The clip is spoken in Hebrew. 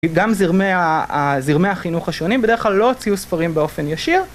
גם זרמי החינוך השונים בדרך כלל לא הוציאו ספרים באופן ישיר